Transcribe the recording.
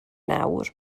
nawr